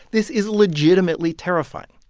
this is legitimately terrifying.